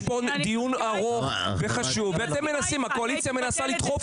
יש פה דיון ארוך וחשוב והקואליציה מנסה לדחוף